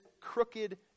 crooked